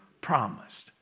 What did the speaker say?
promised